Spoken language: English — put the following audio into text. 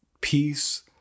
peace